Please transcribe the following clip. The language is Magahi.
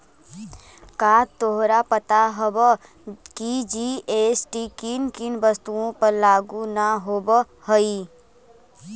का तोहरा पता हवअ की जी.एस.टी किन किन वस्तुओं पर लागू न होवअ हई